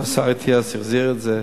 והשר אטיאס החזיר את זה.